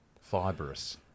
fibrous